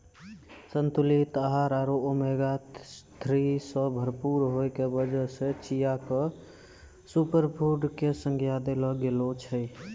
संतुलित आहार आरो ओमेगा थ्री सॅ भरपूर होय के वजह सॅ चिया क सूपरफुड के संज्ञा देलो गेलो छै